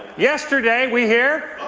yesterday, we hear,